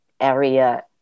area